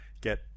get